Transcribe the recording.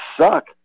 suck